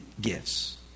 gifts